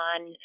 on